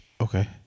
Okay